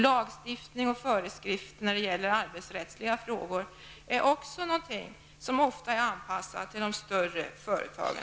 Lagstiftning och föreskrifter när det gäller arbetsrättsliga frågor är också ofta anpassade till förhållandena i de större företagen.